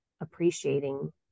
appreciating